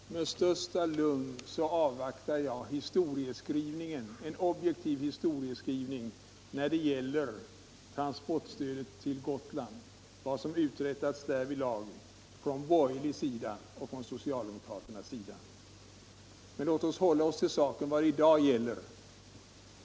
Herr talman! Med största lugn avvaktar jag en objektiv historieskrivning om vad som uträttats från borgerlig sida och från socialdemokratisk sida när det gäller transportstödet till Gotland. Men låt oss hålla oss till den sak det i dag gäller.